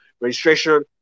registration